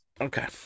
Okay